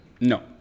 No